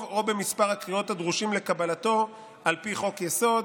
או במספר הקריאות הדרושים לקבלתו על פי חוק-יסוד,